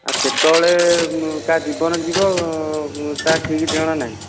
ଆଉ କେତେବେଳେ କାହା ଜୀବନ ଯିବ ତାହା ଠିକ୍ ଠିକଣା ନାହିଁ